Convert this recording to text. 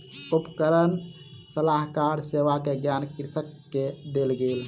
उपकरण सलाहकार सेवा के ज्ञान कृषक के देल गेल